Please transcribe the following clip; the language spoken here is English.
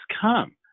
come